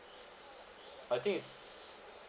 I think it's